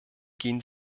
gehen